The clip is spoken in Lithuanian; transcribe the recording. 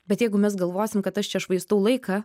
bet jeigu mes galvosim kad aš čia švaistau laiką